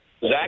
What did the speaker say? Zach